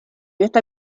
esta